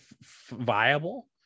viable